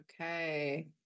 Okay